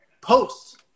posts